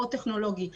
או טכנולוגי.